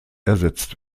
ersetzt